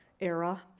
era